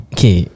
Okay